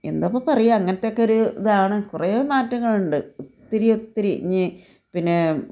A ന്താണ് ഇപ്പം പറയുക അങ്ങനത്തെയൊക്കെ ഒരു ഇതാണ് കുറേ മാറ്റങ്ങൾ ഉണ്ട് ഒത്തിരി ഒത്തിരി പിന്നെ